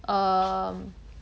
um